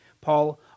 Paul